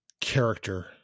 character